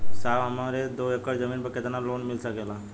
साहब हमरे दो एकड़ जमीन पर कितनालोन मिल सकेला?